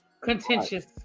contentious